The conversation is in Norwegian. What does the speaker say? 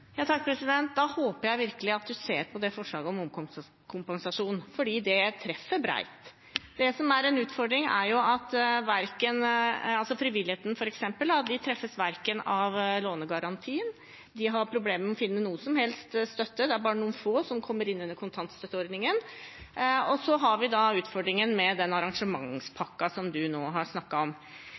Da håper jeg virkelig at ministeren ser på forslaget om momskompensasjon, for det treffer bredt. Utfordringen er at f.eks. frivilligheten ikke treffes av lånegarantien, de har problemer med å finne noen som helst støtte. Bare noen få kommer inn under kontantstøtteordningen. Så har vi utfordringen med arrangementspakken, som ministeren nå har snakket om.